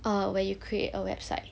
err where you create a website